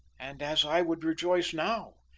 and as i would rejoice now,